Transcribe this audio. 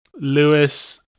Lewis